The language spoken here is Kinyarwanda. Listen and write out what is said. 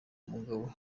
mugabo